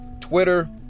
Twitter